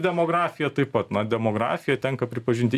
demografija taip pat na demografija tenka pripažinti